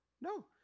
No